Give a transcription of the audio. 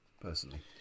personally